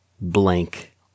blank